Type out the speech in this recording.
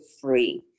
free